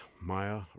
Maya